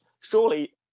surely